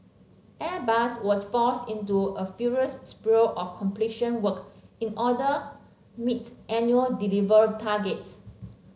Airbus was forced into a furious spree of completion work in order meet annual delivery targets